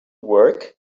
work